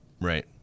Right